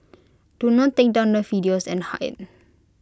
do not take down the videos and hide